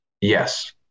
Yes